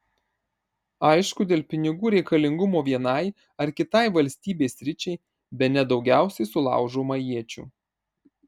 aišku dėl pinigų reikalingumo vienai ar kitai valstybės sričiai bene daugiausiai sulaužoma iečių